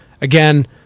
Again